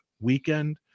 weekend